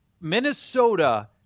Minnesota